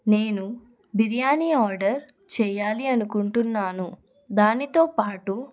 నేను బిర్యానీ ఆర్డర్ చేయాలి అనుకుంటున్నాను దానితో పాటు